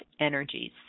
energies